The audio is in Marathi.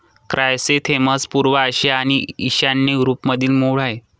क्रायसॅन्थेमम्स पूर्व आशिया आणि ईशान्य युरोपमधील मूळ आहेत